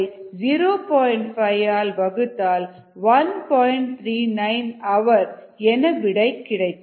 39 h என விடை கிடைக்கும்